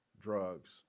drugs